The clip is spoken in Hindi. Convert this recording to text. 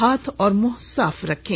हाथ और मुंह साफ रखें